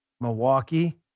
Milwaukee